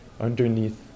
underneath